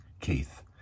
Keith